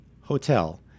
Hotel